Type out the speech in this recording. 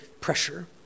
pressure